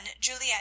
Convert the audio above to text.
Juliet